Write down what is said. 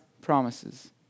promises